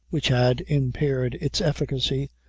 which had impaired its efficacy,